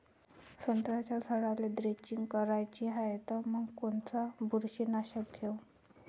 संत्र्याच्या झाडाला द्रेंचींग करायची हाये तर मग कोनच बुरशीनाशक घेऊ?